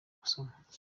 gusoma